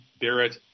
Barrett